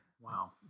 Wow